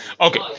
Okay